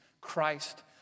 Christ